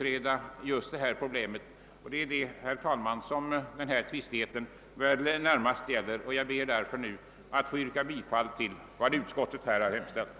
Det är alltså närmast detta som tvisten gäller, och jag ber att få yrka bifall till utskottets hemställan.